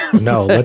no